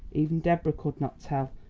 even deborah could not tell,